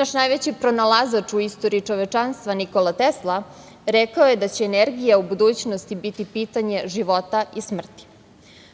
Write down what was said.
Naš najveći pronalazač u istoriji čovečanstva Nikola Tesla rekao je da će energija u budućnosti biti pitanje života i smrti.